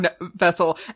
vessel